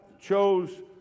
chose